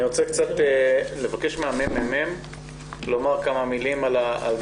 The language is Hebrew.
אני רוצה לבקש מנציגות מרכז המחקר והמידע של הכנסת לומר כמה מילים על מחקר